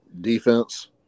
defense